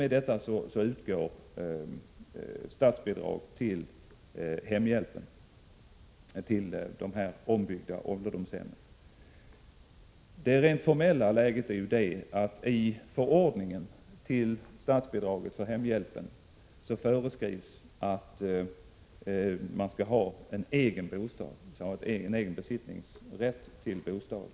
Det rent formella läget är att det i förordningen avseende statsbidrag för hemhjälp föreskrivs att den enskilde skall ha besittningsrätt till bostaden.